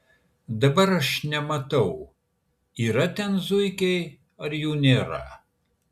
dabar aš nematau yra ten zuikiai ar jų nėra